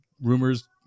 rumors